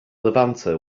levanter